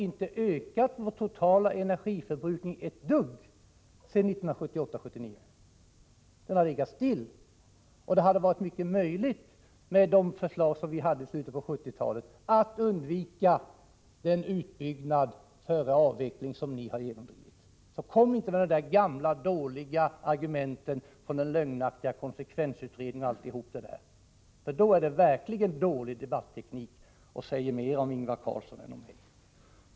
Den totala energiförbrukningen har inte ökat ett dugg sedan 1978/79. Den har legat still. Det hade varit fullt möjligt med det förslag som vi framlagt i slutet av 1970-talet att undvika den utbyggnad, före avveckling, som ni genomdrivit. Kom nu inte med de gamla dåliga argumenten om den lögnaktiga konsekvensutredningen, m.m.! Det är verkligen en dålig debatteknik som säger mer om Ingvar Carlsson än om mig.